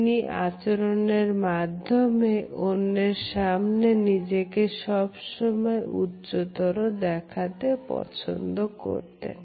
তিনি আচরণের মাধ্যমে অন্যের সামনে নিজেকে সবসময় উচ্চতর দেখাতে পছন্দ করতেন